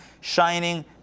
shining